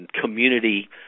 community